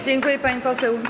Dziękuję, pani poseł.